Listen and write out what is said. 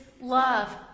love